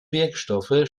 wirkstoffe